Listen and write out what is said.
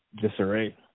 Disarray